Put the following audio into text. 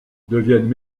deviennent